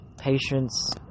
patience